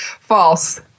False